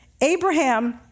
Abraham